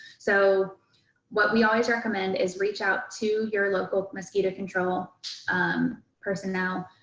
so what we always recommend is reach out to your local mosquito control um personnel.